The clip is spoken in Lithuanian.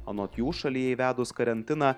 anot jų šalyje įvedus karantiną